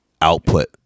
output